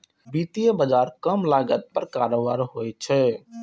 वित्तीय बाजार कम लागत पर कारोबार होइ छै